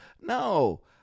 No